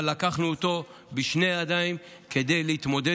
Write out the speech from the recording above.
אבל לקחנו אותו בשתי הידיים כדי להתמודד